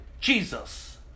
Jesus